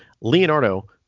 Leonardo